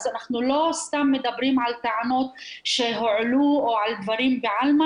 אז אנחנו לא סתם מדברים על טענות שהועלו או על דברים בעלמא